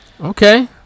Okay